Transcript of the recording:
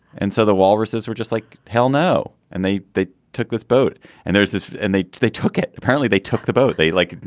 and so the walruses were just like hell no and they they took this boat and there's this and they they took it. apparently they took the boat. they like